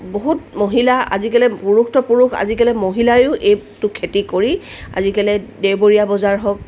বহুত মহিলা আজিকালি পুৰুষতো পুৰুষ আজিকালি মহিলায়ো এইটো খেতি কৰি আজিকালি দেওবৰীয়া বজাৰ হওক